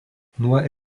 nuo